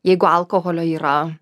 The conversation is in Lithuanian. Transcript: jeigu alkoholio yra